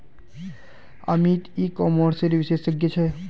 अमित ई कॉमर्सेर विशेषज्ञ छे